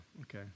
okay